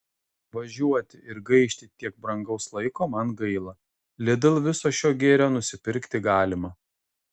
važiuoti ir gaišti tiek brangaus laiko man gaila lidl viso šio gėrio nusipirkti galima